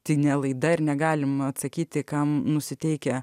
tai ne laida ir negalim atsakyti kam nusiteikę